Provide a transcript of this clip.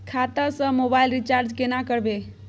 खाता स mobile recharge केना करबे?